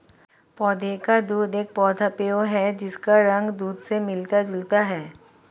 पौधे का दूध एक पौधा पेय है जिसका रंग दूध से मिलता जुलता है